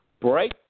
break